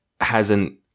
hasn't-